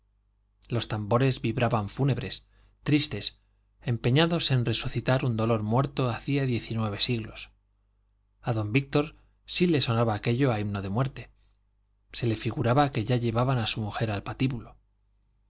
los tambores vibraban fúnebres tristes empeñados en resucitar un dolor muerto hacía diez y nueve siglos a don víctor sí le sonaba aquello a himno de muerte se le figuraba ya que llevaban a su mujer al patíbulo